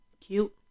cute